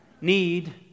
need